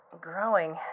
growing